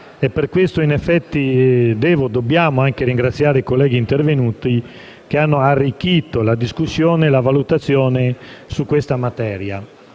effetti, dobbiamo anche ringraziare i colleghi intervenuti che hanno arricchito la discussione e le valutazioni su questa materia.